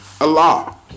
Allah